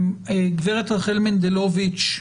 גברת רחל מנדלוביץ',